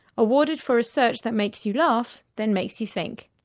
awarded for research that makes you laugh, then makes you think.